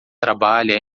trabalha